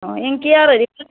অঁ এংকে আৰ হেৰি কৰি